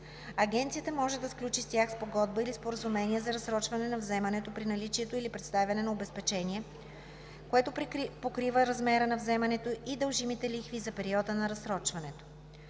Агенцията може да сключи с тях спогодба или споразумение за разсрочване на вземането при наличие или представяне на обезпечение, което покрива размера на вземането и дължимите лихви за периода на разсрочването.